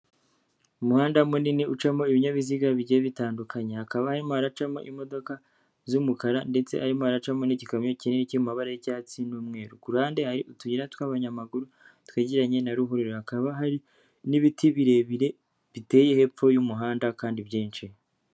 Umuhanda munini ucamo ibinyabiziga bigiye bitandukanye. Hakaba harimo haracamo imodoka z'umukara ndetse harimo haracamo n'igikamyo kinini cyo mumabara y'icyatsi n'umweru. Kuruhande hari utuyira tw'abanyamaguru twegeranye na ruhururera. Hakaba hari n'ibiti birebire biteye hepfo y'umuhanda kandi byinshi.